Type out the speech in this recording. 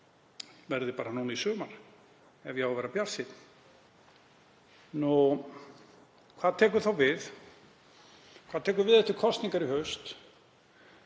verði núna í sumar ef ég á að vera bjartsýnn. Hvað tekur þá við? Hvað tekur við eftir kosningar í haust?